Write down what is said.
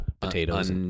potatoes